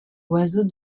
oiseaux